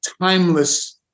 timeless